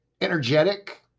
Energetic